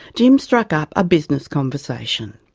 jim struck up a business conversation.